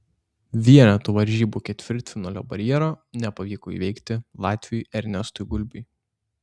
vienetų varžybų ketvirtfinalio barjero nepavyko įveikti latviui ernestui gulbiui